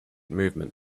movement